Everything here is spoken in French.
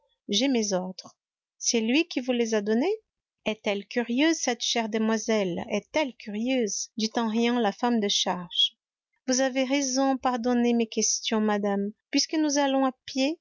j'ai mes ordres c'est lui qui vous les a donnés est-elle curieuse cette chère demoiselle est-elle curieuse dit en riant la femme de charge vous avez raison pardonnez mes questions madame puisque nous allons à pied